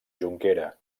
jonquera